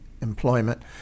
employment